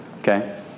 Okay